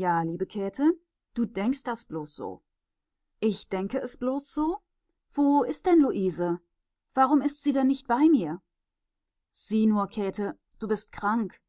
ja liebe käthe du denkst das bloß so ich denke es bloß so wo ist denn luise warum ist sie denn nicht bei mir sieh nur käthe du bist krank